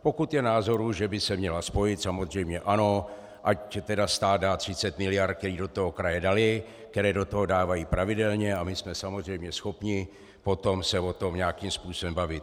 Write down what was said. Pokud je názoru, že by se měla spojit, samozřejmě ano, tak ať dá stát 30 miliard, které do toho kraje daly, které do toho dávají pravidelně, a my jsme samozřejmě schopni potom se o tom nějakým způsobem bavit.